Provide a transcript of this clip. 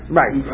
right